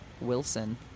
Wilson